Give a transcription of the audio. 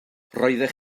roeddech